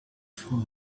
for